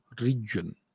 region